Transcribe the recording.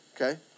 Okay